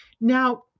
Now